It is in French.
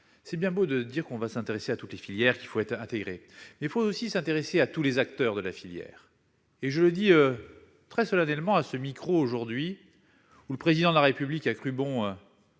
c'est bien beau de dire que l'on va s'intéresser à toutes les filières, dans une logique intégrée. Mais il faut aussi s'intéresser à tous les acteurs des filières ! Je le dis très solennellement. Aujourd'hui, le Président de la République a cru bon